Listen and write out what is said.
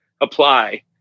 apply